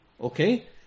Okay